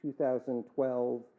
2012